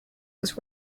was